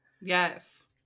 Yes